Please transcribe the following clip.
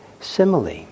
simile